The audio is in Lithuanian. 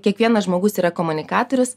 kiekvienas žmogus yra komunikatorius